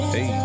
Hey